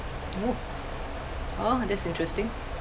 oh oh that's interesting